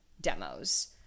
demos